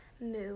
move